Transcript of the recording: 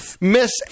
miss